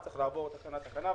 צריך לעבור תקנה-תקנה,